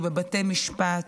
היא בבתי משפט,